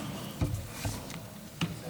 אני רוצה להתחיל בלהרכין ראש ולהזכיר את